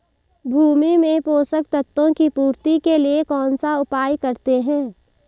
भूमि में पोषक तत्वों की पूर्ति के लिए कौनसा उपाय करते हैं?